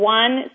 one